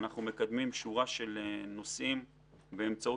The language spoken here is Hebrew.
אנחנו מקדמים שורה של נושאים באמצעות